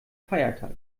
feiertag